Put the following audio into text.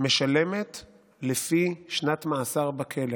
משלמת לפי שנת מאסר בכלא.